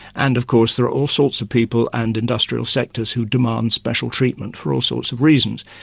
and of course there are all sorts of people and industrial sectors who demand special treatment for all sorts of reasons.